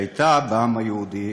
שהייתה בעם היהודי,